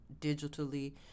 digitally